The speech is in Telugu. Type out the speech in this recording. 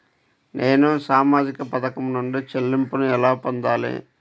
నేను సామాజిక పథకం నుండి చెల్లింపును ఎలా పొందాలి?